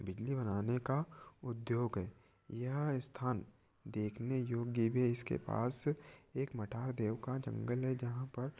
बिजली बनाने का उद्योग है यह स्थान देखने योग्य भी है इसके पास एक मठाह देव का जंगल है जहाँ पर